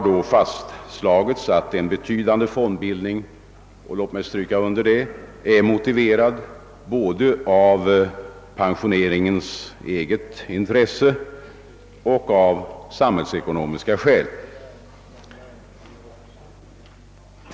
Det fastslogs då att en betydande fondbildning — låt mig understryka det — är motiverad både av pensioneringens eget intresse och med tanke på samhällsekonomin.